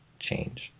change